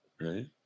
right